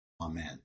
Amen